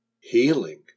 Healing